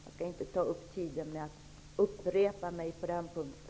Jag skall inte ta upp tiden med att upprepa mig på den punkten.